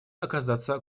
оказаться